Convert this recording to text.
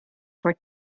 for